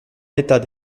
l’état